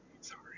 Sorry